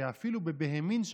שאפילו הבהמין שלך,